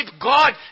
God